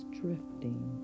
drifting